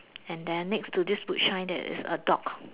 and then next to his boot shine there is a dock